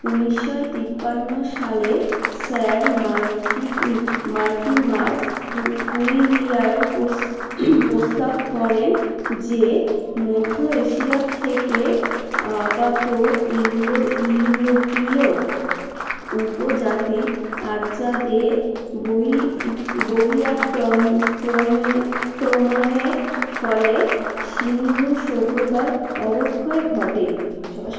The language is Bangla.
উনিশশোয় তিপান্ন সালে স্যার মার্কি মার্টিমার হু হুইলিয়ার প্রস প্রস্তাব করেন যে মধ্য এশিয়া থেকে আগত ইন্দো ইউরোপীয় উপজাতির আর্যদের বহি বহিরাক্রম ক্রমের ক্রমণের ফলে সিন্ধু সভ্যতার অবক্ষয় ঘটে সবার সা